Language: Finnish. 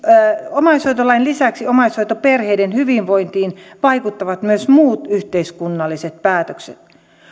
omaishoitolain lisäksi omaishoitoperheiden hyvinvointiin vaikuttavat myös muut yhteiskunnalliset päätökset